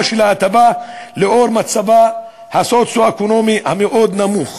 של ההטבה לאור מצבה הסוציו-אקונומי המאוד נמוך.